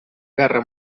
guerra